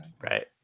Right